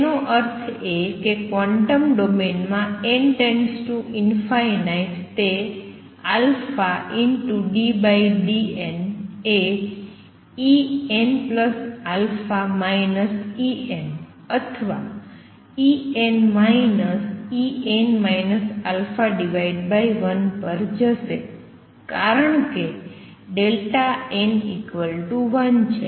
તેનો અર્થ એ કે ક્વોન્ટમ ડોમેન માં n→ ∞ તે ddn એ Enα En અથવા En En α1 પર જશે કારણ કે n1 છે